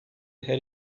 her